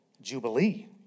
Jubilee